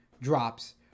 drops